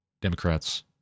Democrats